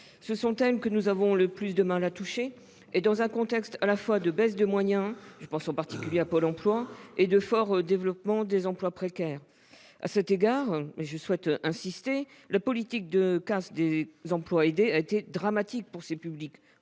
Ce sont elles que nous avons le plus de mal à toucher, dans un contexte à la fois de baisse de moyens- je pense en particulier à Pôle emploi -et de fort développement des emplois précaires. À cet égard, je souhaite y insister, la politique de casse des emplois aidés a été dramatique pour ces publics,